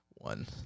One